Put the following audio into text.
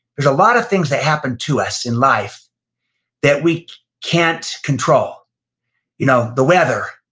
there's a lot of things that happen to us in life that we can't control you know the weather,